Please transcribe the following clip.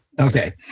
okay